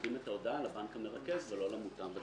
נותנים את ההודעה לבנק המרכז ולא למוטב עצמו.